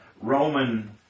Roman